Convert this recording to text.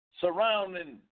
surrounding